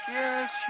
yes